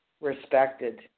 respected